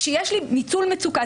כשיש לי ניצול מצוקה,